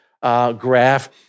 Graph